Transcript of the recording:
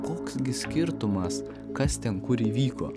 koks gi skirtumas kas ten kur įvyko